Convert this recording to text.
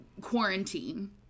quarantine